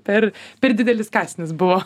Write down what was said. per per didelis kąsnis buvo